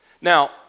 Now